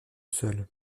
seul